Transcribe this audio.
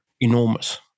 enormous